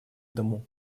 дому